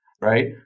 right